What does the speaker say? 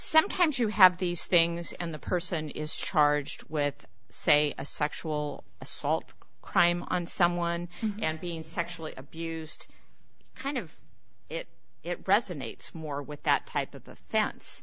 sometimes you have these things and the person is charged with say a sexual assault crime on someone and being sexually abused kind of it it resonates more with that type of the